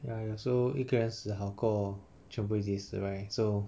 ya ya so 一个人好过全部一起死 right so